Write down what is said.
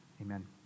Amen